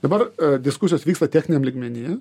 dabar diskusijos vyksta techniniam lygmeny